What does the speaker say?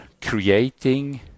creating